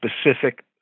specific